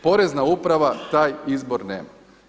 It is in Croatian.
Porezna uprava taj izbor nema.